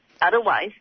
Otherwise